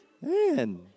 Man